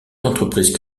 l’entreprise